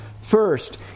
First